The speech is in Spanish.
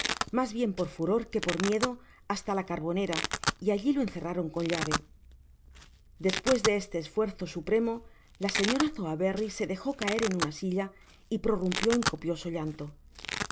mas bien por furor que por miedo hasta la carbonera y alli lo encerraron con llave despues de este esfuerzo supremo la señora sowerberry se dejo caer en una silla y prorumpió en copioso llanto